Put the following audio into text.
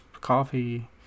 coffee